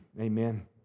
Amen